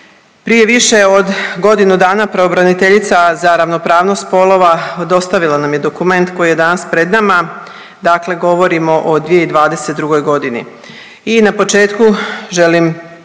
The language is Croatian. Prije više od godinu dana pravobraniteljica za ravnopravnost spolova dostavila nam je dokument koji je danas pred nama. Dakle govorimo o 2022. godini i na početku želim